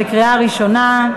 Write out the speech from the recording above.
בקריאה ראשונה.